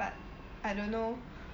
but I don't know